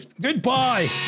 Goodbye